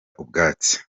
ubwatsi